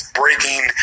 breaking